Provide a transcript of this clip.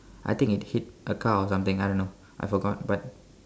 I think it hit a car or something I don't know I forgot but